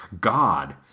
God